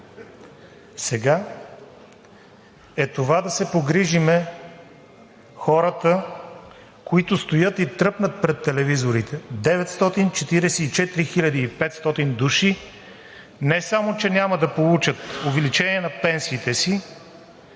сега, е да се погрижим за хората, които стоят и тръпнат пред телевизорите – 944 500 души, които не само че няма да получат увеличение на пенсиите си,